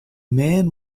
man